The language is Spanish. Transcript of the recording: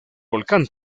volcán